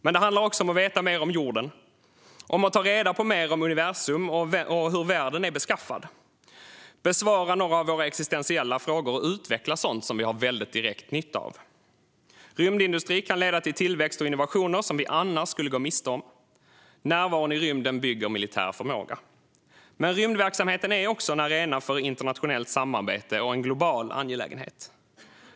Men det handlar också om att veta mer om jorden, om att ta reda på mer om hur universum och världen är beskaffade och om att besvara några av våra existentiella frågor och utveckla sådant som vi har väldigt direkt nytta av. Rymdindustri kan leda till tillväxt och innovationer som vi annars skulle gå miste om. Närvaron i rymden bygger militär förmåga. Men rymdverksamheten är också en arena för internationellt samarbete och en global angelägenhet.